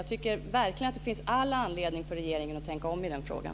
Jag tycker verkligen att det finns all anledning för regeringen att tänka om i den frågan.